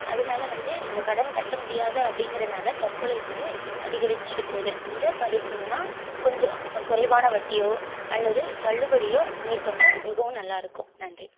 அதனால வந்து இந்த கடன் கட்ட முடியாது அப்படிங்கறதுனால தற்கொலை வந்து அதிகரித்திட்டு போது இதை தவிர்க்கணுன்னால் கொஞ்சம் குறைவான வட்டியோ அல்லது தள்ளுபடியோ மேற்கொண்டால் மிகவும் நல்லா இருக்கும் நன்றி